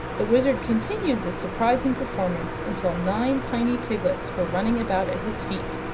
the wizard continued this surprising performance until nine tiny piglets were running about at his feet,